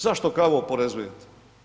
Zašto kavu oporezujete?